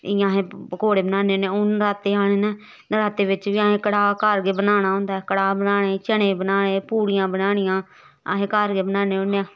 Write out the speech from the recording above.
इ'यां अस पकौड़े बनान्ने होन्ने हून नराते आने न नराते बिच्च बी असें कड़ाह् घर गै बनाना होंदा कड़ाह् बनाने चने बनाने पूड़ियां बनानियां अस घर गै बनाने होन्ने आं